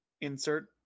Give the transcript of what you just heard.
Insert